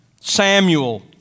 Samuel